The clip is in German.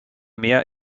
meer